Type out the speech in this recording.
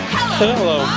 Hello